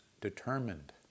determined